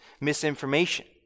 misinformation